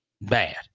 Bad